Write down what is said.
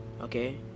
Okay